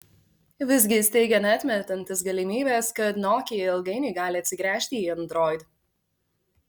visgi jis teigė neatmetantis galimybės kad nokia ilgainiui gali atsigręžti į android